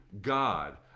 God